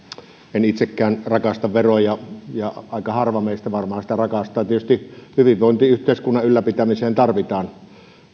enkä itsekään rakasta veroja ja aika harva meistä varmaan niitä rakastaa tietysti hyvinvointiyhteiskunnan ylläpitämiseen tarvitaan